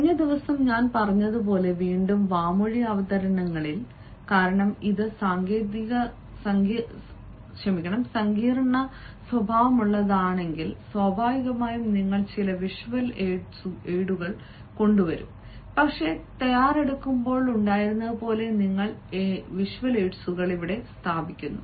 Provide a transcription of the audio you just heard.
കഴിഞ്ഞ ദിവസം ഞാൻ പറഞ്ഞതുപോലെ വീണ്ടും വാമൊഴി അവതരണങ്ങളിൽ കാരണം ഇത് സങ്കീർണ്ണ സ്വഭാവമുള്ളതാണെങ്കിൽ സ്വാഭാവികമായും നിങ്ങൾ ചില വിഷ്വൽ എയ്ഡുകൾ കൊണ്ടുവരും പക്ഷേ തയ്യാറെടുക്കുമ്പോൾ ഉണ്ടായിരുന്നതുപോലെ നിങ്ങൾ എയ്ഡുകൾ സ്ഥാപിച്ചു